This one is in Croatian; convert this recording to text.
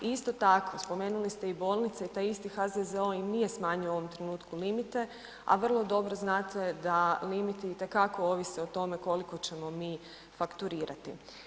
Isto tako, spomenuli ste i bolnice i taj isti HZZO i nije smanjio u ovom trenutku limite, a vrlo dobro znate da limiti itekako ovise o tome koliko ćemo mi fakturirati.